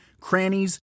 crannies